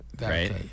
right